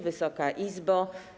Wysoka Izbo!